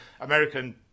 American